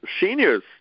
seniors